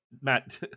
matt